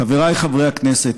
חבריי חברי הכנסת,